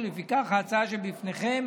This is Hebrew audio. ולפיכך ההצעה שבפניכם